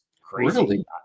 crazy